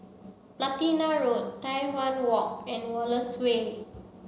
Platina Road Tai Hwan Walk and Wallace Way